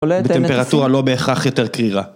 בטמפרטורה לא בהכרח יותר קרירה